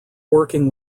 working